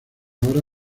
ahora